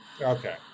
Okay